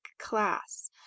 class